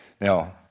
Now